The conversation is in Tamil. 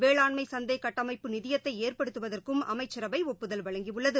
வேளாண்மை சந்தை சுட்டமைப்பு நிதியத்தை ஏற்படுத்துவதற்கும் அமைச்சரவை ஒப்புதல் வழங்கியுள்ளது